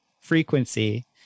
frequency